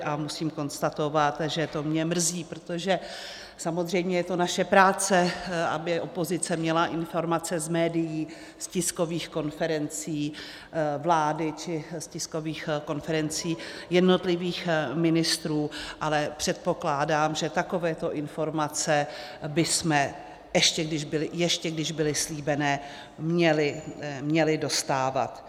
A musím konstatovat, že to mě mrzí, protože samozřejmě je to naše práce, aby opozice měla informace z médií, z tiskových konferencí vlády či z tiskových konferencí jednotlivých ministrů, ale předpokládám, že takovéto informace bychom, ještě když byly slíbené, měli dostávat.